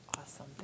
Awesome